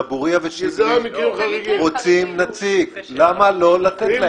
דבוריה ושיבלין רוצים נציג, למה לא לתת להן?